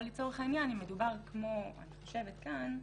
או לצורך העניין אם מדובר כמו אני חושבת כאן,